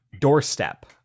doorstep